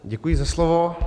Děkuji za slovo.